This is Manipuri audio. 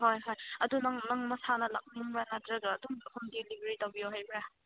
ꯍꯣꯏ ꯍꯣꯏ ꯑꯗꯨ ꯅꯪ ꯅꯁꯥꯅ ꯂꯥꯛꯅꯤꯡꯕ꯭ꯔꯥ ꯅꯠꯇ꯭ꯔꯒ ꯑꯗꯨꯝ ꯍꯣꯝ ꯗꯦꯂꯤꯕꯔꯤ ꯇꯧꯕꯤꯌꯣ ꯍꯥꯏꯕ꯭ꯔꯥ